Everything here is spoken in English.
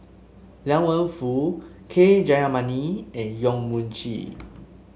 Liang Wenfu K Jayamani and Yong Mun Chee